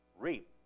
reap